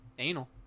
anal